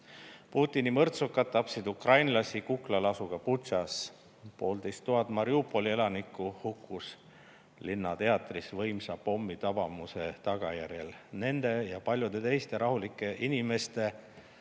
Putini mõrtsukad tapsid ukrainlasi kuklalasuga Butšas, poolteist tuhat Mariupoli elanikku hukkus linnateatris võimsa pommitabamuse tagajärjel. Nende ja paljude teiste rahulike inimeste,